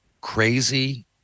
crazy